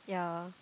ya